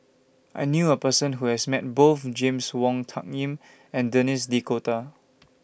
I knew A Person Who has Met Both James Wong Tuck Yim and Denis D'Cotta